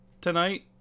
tonight